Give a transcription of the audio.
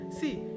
see